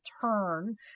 turn